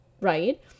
right